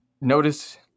notice